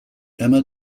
emma